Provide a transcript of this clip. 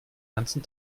ganzen